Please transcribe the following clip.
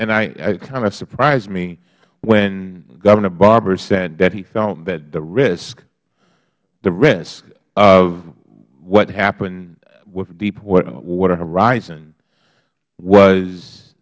and it kind of surprised me when governor barbour said that he felt that the riskh the risk of what happened with deepwater horizon was